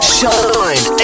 Shine